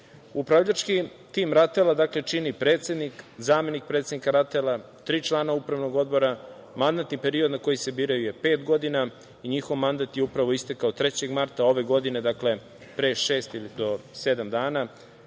način. Upravljački tim RATEL-a, dakle, čine: predsednik, zamenik predsednika RATEL-a, tri člana Upravnog odbora. Mandatni period na koji se biraju je pet godina i njihov mandat je upravo istekao 3. marta ove godine, dakle pre šest do sedam dana.